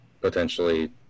potentially